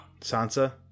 Sansa